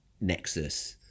nexus